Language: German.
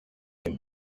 dem